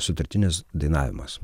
sutartinės dainavimas